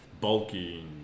bulky